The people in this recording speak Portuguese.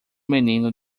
menino